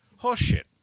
horseshit